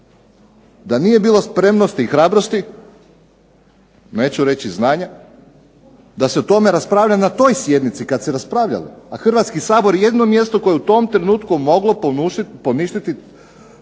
da nije bilo spremnosti i hrabrosti, neću reći znanja, da se o tome raspravlja na toj sjednici kad se raspravljalo. A Hrvatski sabor je jedino mjesto koje je u tom trenutku moglo poništiti